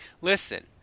listen